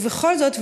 ובכל זאת,